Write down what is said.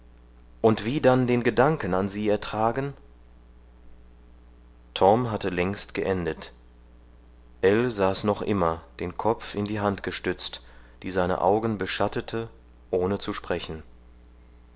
und wie dann den gedanken an sie ertragen torm hatte längst geendet ell saß noch immer den kopf in die hand gestützt die seine augen beschattete ohne zu sprechen